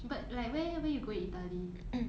but like where where you go italy